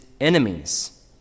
enemies